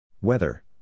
Weather